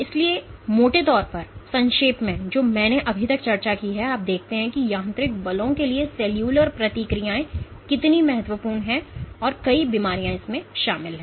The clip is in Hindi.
इसलिए मोटे तौर पर संक्षेप में जो मैंने अभी तक चर्चा की है आप देखते हैं कि यांत्रिक बलों के लिए सेलुलर प्रतिक्रियाएं कितनी महत्वपूर्ण हैं और कई बीमारियों में शामिल हैं